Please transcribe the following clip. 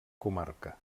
comarca